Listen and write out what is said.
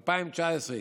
2019,